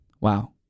Wow